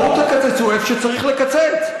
בואו תקצצו איפה שצריך לקצץ.